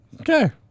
Okay